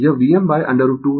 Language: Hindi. यह Vm√ 2 होगी